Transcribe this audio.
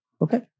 Okay